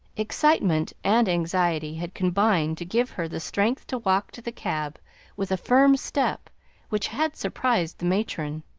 excitement and anxiety had combined to give her the strength to walk to the cab with a firm step which had surprised the matron